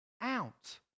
out